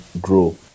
grow